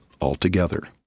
altogether